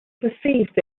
perceived